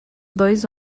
dois